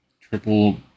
triple